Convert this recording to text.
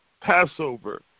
Passover